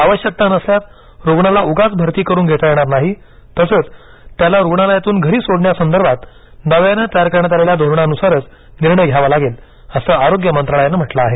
आवश्यकता नसल्यास रुग्णाला उगाच भरती करून घेता येणार नाही तसच त्याला रुग्णालयातून घरी सोडण्यासंदर्भात नव्याने तयार करण्यात आलेल्या धोरणानुसारच निर्णय घ्यावा लागेल असं आरोग्य मंत्रालयाने म्हंटल आहे